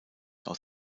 aus